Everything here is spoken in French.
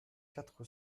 quatre